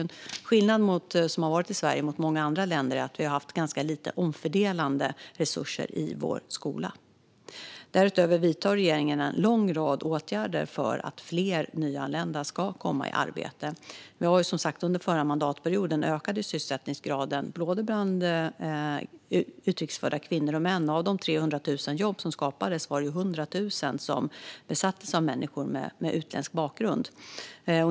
En skillnad i Sverige jämfört med i många andra länder är att vi har haft ganska lite omfördelande resurser i skolan. Regeringen vidtar dessutom en lång rad åtgärder för att fler nyanlända ska komma i arbete. Under förra mandatperioden ökade som sagt sysselsättningsgraden bland utrikesfödda kvinnor och män. Av de 300 000 jobb som skapades gick 100 000 till människor med utländsk bakgrund.